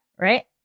right